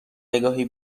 نگاهی